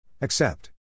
Accept